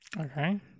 Okay